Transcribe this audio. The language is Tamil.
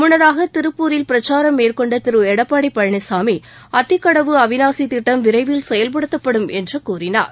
முன்னதாக திருப்பூரில் பிரச்சாரம் மேற்கொண்ட திரு எடப்பாடி பழனிசாமி அத்திக்கடவு அவிநாசி திட்டம் விரைவில் செயல்படுத்தப்படும் என்று கூறினார்